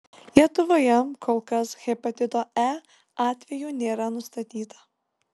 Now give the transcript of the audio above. lietuvoje kol kas hepatito e atvejų nėra nustatyta